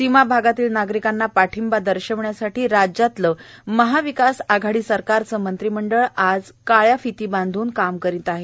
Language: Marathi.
सीमाभागातल्या नागरिकांना पाठिंबा दर्शवण्यासाठी राज्यातलं महाविकास आघाडी सरकारचं मंत्रिमंडळ आज काळ्या फिती बांधन काम करत आहे